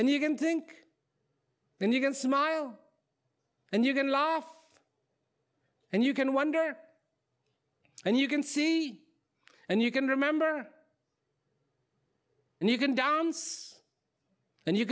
and you can think and you can smile and you can laugh and you can wonder and you can see and you can remember and you can dance and you